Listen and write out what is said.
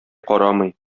карамый